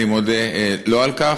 אני מודה לו על כך,